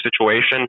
situation